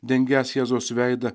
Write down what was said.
dengiąs jėzaus veidą